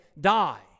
die